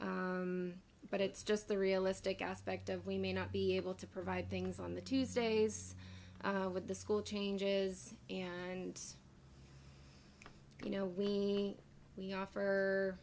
but it's just the realistic aspect of we may not be able to provide things on the tuesdays with the school changes and you know we we offer